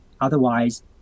Otherwise